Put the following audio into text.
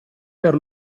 per